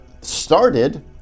started